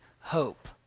hope